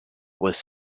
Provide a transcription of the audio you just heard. was